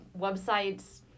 websites